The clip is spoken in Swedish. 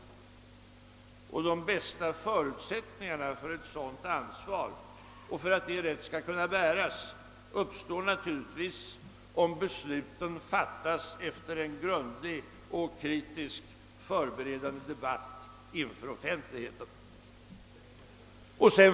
De bästa förutsättningarna för att ett sådant ansvar rätt skall kunna bäras uppstår naturligtvis om besluten fattas efter en grundlig och kritisk förberedande debatt inför offentligheten.